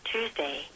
Tuesday